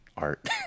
art